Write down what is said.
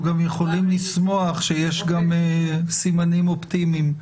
הפעם אנחנו גם יכולים לשמוח שיש גם סימנים אופטימיים.